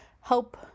help